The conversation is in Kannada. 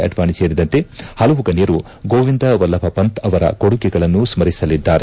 ಅಡ್ವಾಣಿ ಸೇರಿದಂತೆ ಹಲವು ಗಣ್ಯರು ಗೋವಿಂದ ವಲ್ಲಭ ಪಂತ್ ಅವರ ಕೊಡುಗೆಗಳನ್ನು ಸ್ಮರಿಸಲಿದ್ದಾರೆ